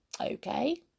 okay